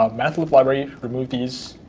ah mathlib library, remove these,